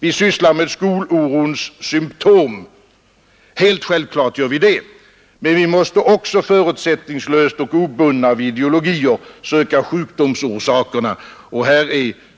Vi sysslar med skolorons symtom =— helt självklart gör vi det — men vi måste också förutsättningslöst och obundna av ideologier söka sjukdomsorsakerna, och